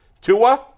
Tua